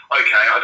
okay